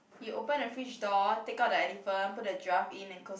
you open the fridge door take out the elephant put the giraffe in then close